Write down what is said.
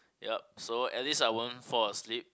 yup so at least I won't fall asleep